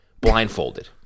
blindfolded